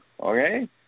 Okay